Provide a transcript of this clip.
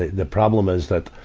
the problem is that,